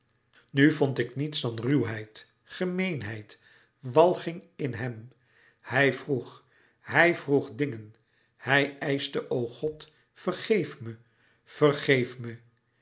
nu vond ik niets dan ruwheid gemeenheid walging in hem hij vroeg hij vroeg dingen hij eischte o god vergeef me vergeef me